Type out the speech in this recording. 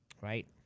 right